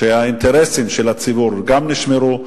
שגם האינטרסים של הציבור נשמרו,